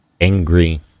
angry